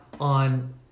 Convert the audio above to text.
on